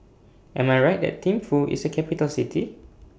Am I Right that Thimphu IS A Capital City